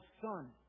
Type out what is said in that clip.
son